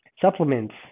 supplements